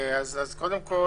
קודם כל,